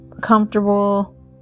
comfortable